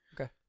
Okay